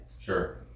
Sure